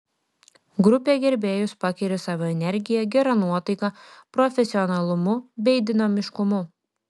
grupė gerbėjus pakeri savo energija gera nuotaika profesionalumu bei dinamiškumu